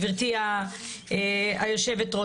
גבירתי היו"ר.